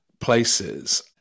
places